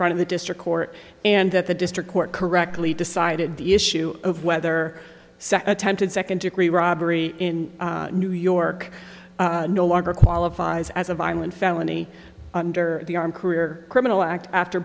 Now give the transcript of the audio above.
front of the district court and that the district court correctly decided the issue of whether second attempted second degree robbery in new york no longer qualifies as a violent felony under the arm career criminal act after